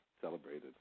celebrated